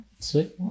see